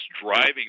driving